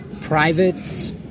private